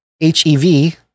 H-E-V